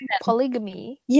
polygamy